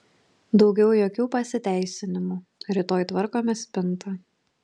daugiau jokių pasiteisinimų rytoj tvarkome spintą